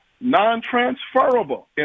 non-transferable